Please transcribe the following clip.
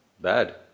bad